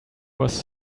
was